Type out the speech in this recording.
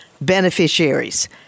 beneficiaries